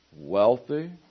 wealthy